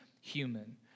human